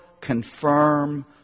confirm